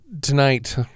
tonight